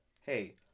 hey